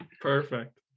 Perfect